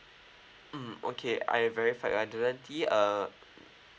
mm okay I verified under guarantee err